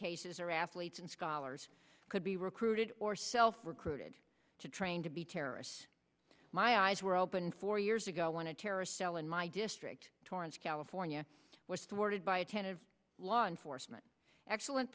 cases are athletes and scholars could be recruited or self recruited to train to be terrorists my eyes were opened four years ago when a terrorist cell in my district torrance california was thwarted by a tenet of law enforcement excellent